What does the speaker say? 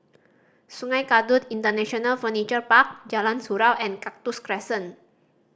Sungei Kadut International Furniture Park Jalan Surau and Cactus Crescent